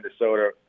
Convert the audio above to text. Minnesota